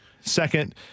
Second